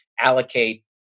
allocate